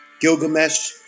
Gilgamesh